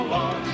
on